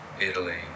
Italy